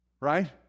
Right